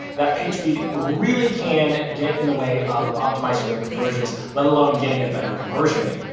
that page speed really can get in the way of optimizing your conversions, let alone getting a better conversion rate.